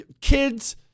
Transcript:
kids